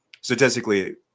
statistically